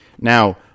Now